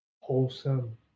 wholesome